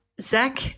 Zach